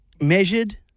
measured